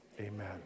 amen